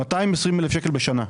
220,000 שקלים בשנה.